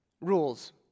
rules